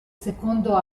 secondo